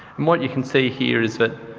what you can see here is that,